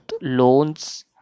loans